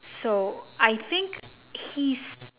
so I think he's